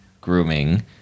grooming